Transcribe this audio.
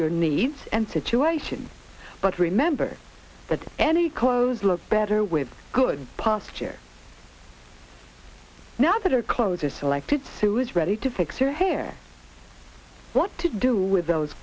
your needs and situation but remember that any clothes look better with good posture now that are closer selected sue is ready to fix your hair what to do with those